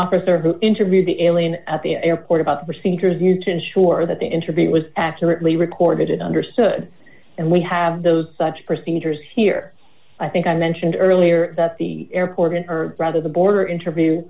officer who interviewed the alien at the airport about procedures used to ensure that the interview was accurately recorded and understood and we have those procedures here i think i mentioned earlier that the airport in her brother the border interview